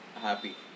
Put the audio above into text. happy